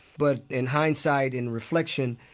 but in hindsight, in reflection,